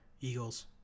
Eagles